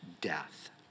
death